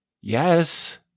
Yes